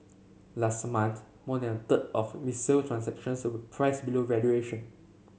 last month more than a third of resale transactions were priced below valuation